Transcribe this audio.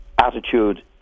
attitude